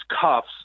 cuffs